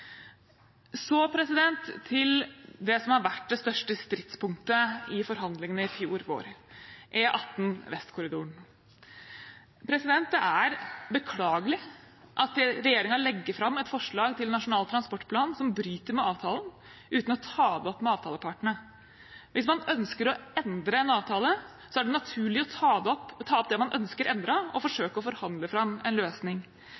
Så til det som var det største stridspunktet i forhandlingene i fjor vår – E18 Vestkorridoren. Det er beklagelig at regjeringen legger fram et forslag til Nasjonal transportplan som bryter med avtalen, uten å ta det opp med avtalepartene. Hvis man ønsker å endre en avtale, er det naturlig å ta opp det man ønsker endret, og forsøke å forhandle fram en løsning.